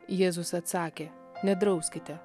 jėzus atsakė nedrauskite